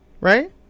right